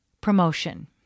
promotion